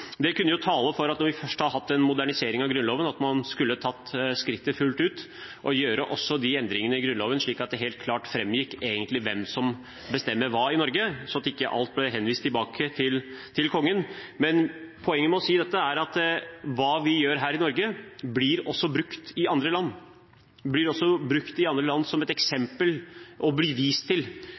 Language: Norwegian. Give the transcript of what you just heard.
kunne jo tale for at når vi først har hatt en modernisering av Grunnloven, skulle man tatt skrittet fullt ut og gjort også de endringene i Grunnloven, slik at det helt klart framgikk hvem som egentlig bestemmer hva i Norge, og at ikke alt ble henvist tilbake til kongen. Poenget med å si dette er at hva vi gjør her i Norge, blir brukt også i andre land som et eksempel, og det blir vist til. Når man har manglende religionsfrihet i andre land, hvor det ikke er et